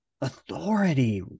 authority